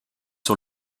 sur